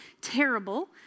terrible